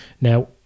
Now